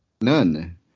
none